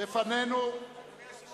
יש בעיה בהצבעה, משבר